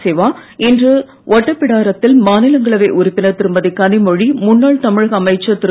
சிவா இன்று ஒட்டபிடாரத்தில் மாநிலங்களவை உறுப்பினர் திருமதி கனிமொழி முன்னாள் தமிழக அமைச்சர் திரு